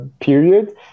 period